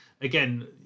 again